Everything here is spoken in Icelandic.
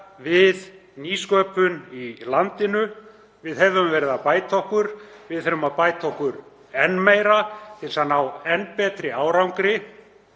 við nýsköpun í landinu. Við höfum verið að bæta okkur. Við þurfum að bæta okkur enn meira til að ná enn betri árangri.